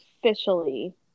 officially